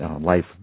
life